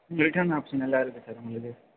return option எல்லாம் இருக்குது sir உங்களுக்கு